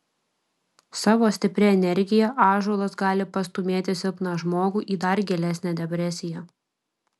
savo stipria energija ąžuolas gali pastūmėti silpną žmogų į dar gilesnę depresiją